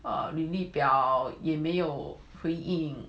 履历表也没有回应